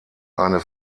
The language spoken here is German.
eine